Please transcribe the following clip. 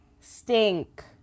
Stink